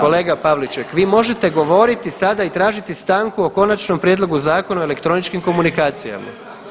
Kolega Pavliček, vi možete govoriti sada i tražiti stanku o Konačnom prijedlogu zakona o elektroničkim komunikacijama.